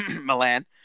Milan